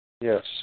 Yes